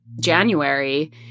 January